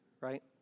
Right